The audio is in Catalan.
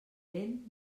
vent